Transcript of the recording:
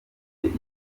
ufite